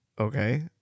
okay